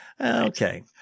Okay